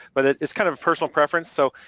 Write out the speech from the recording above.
but it's kind of a personal preference. so,